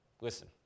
Listen